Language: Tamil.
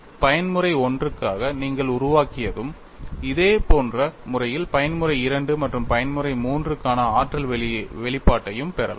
பயன்முறை I க்காக நீங்கள் உருவாக்கியதும் இதேபோன்ற முறையில் பயன்முறை II மற்றும் பயன்முறை III க்கான ஆற்றல் வெளிப்பாட்டையும் பெறலாம்